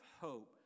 hope